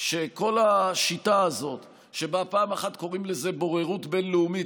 שכל השיטה הזאת שבה פעם אחת קוראים לזה "בוררות בין-לאומית",